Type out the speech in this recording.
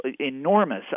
enormous